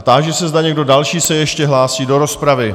Táži se, zda někdo další se ještě hlásí do rozpravy.